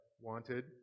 wanted